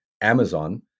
Amazon